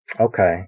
okay